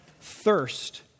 thirst